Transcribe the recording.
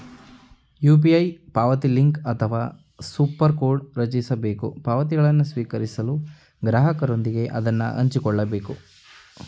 UPI ಪಾವತಿಲಿಂಕ್ ಅಥವಾ super ಕೋಡ್ನ್ ರಚಿಸಬೇಕು ಪಾವತಿಗಳನ್ನು ಸ್ವೀಕರಿಸಲು ಗ್ರಾಹಕರೊಂದಿಗೆ ಅದನ್ನ ಹಂಚಿಕೊಳ್ಳಬೇಕು